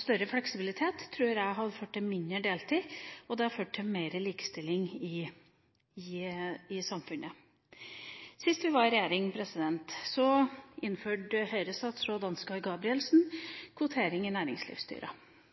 Større fleksibilitet tror jeg hadde ført til mindre deltid, og det hadde ført til mer likestilling i samfunnet. Sist vi var i regjering, innførte Høyre-statsråd Ansgar Gabrielsen kvotering i